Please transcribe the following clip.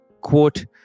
Quote